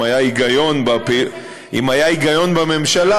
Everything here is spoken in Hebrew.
אם היה היגיון ------- אם היה היגיון בממשלה,